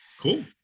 cool